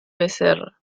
becerra